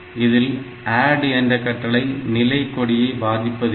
இதில் ADD என்ற கட்டளை நிலை கொடியை பாதிப்பது இல்லை